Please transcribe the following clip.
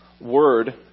word